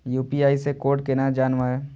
UPI से code केना जानवै?